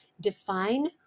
define